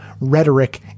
rhetoric